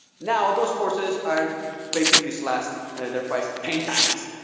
now those courses are basically slashed and their price ten times.